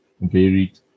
varied